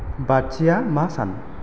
बाथि आ मा सान